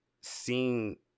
seeing